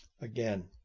Again